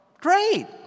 great